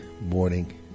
morning